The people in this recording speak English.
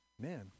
man